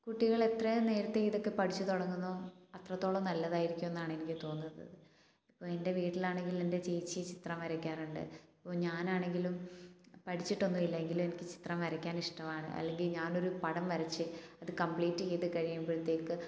കുട്ടികൾ എത്രയോ നേരത്തെ ഇതൊക്കെ പഠിച്ച് തുടങ്ങുന്നോ അത്രത്തോളം നല്ലതായിരിക്കുവെന്നാണ് എനിക്ക് തോന്നുന്നത് ഇപ്പോൾ എൻ്റെ വീട്ടിലാണെങ്കിൽ എൻ്റെ ചേച്ചി ചിത്രം വരയ്ക്കാറുണ്ട് ഇപ്പോൾ ഞാൻ ആണെങ്കിലും പഠിച്ചിട്ട് ഒന്നുവില്ല എങ്കിലും എനിക്ക് ചിത്രം വരയ്ക്കാൻ ഇഷ്ടവാണ് അല്ലെങ്കിൽ ഞാനൊരു പടം വരച്ച് അത് കമ്പ്ലീറ്റ് ചെയ്ത് കഴിയുമ്പോഴത്തേക്ക്